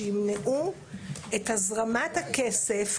שימנעו את הזרמת הכסף?